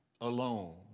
alone